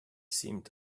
seemed